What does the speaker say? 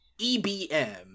EBM